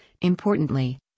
Importantly